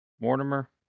Mortimer